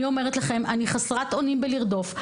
אני חסרת אונים במרדף.